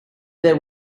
there